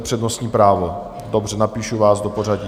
Přednostní právo, dobře, napíšu vás do pořadí.